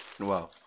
Wow